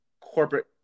corporate